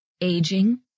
aging